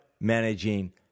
managing